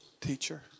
teacher